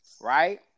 Right